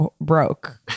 broke